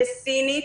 בסינית.